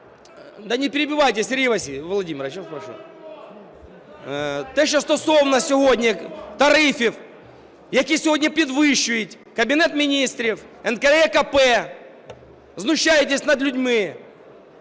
Те, що стосовно сьогодні тарифів, які сьогодні підвищують Кабінет Міністрів, НКРЕКП, знущаєтесь над людьми.